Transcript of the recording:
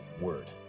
word